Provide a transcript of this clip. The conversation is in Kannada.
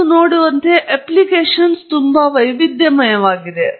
ನೀವು ನೋಡುವಂತೆ ಅಪ್ಲಿಕೇಶನ್ ತುಂಬಾ ವೈವಿಧ್ಯಮಯವಾಗಿದೆ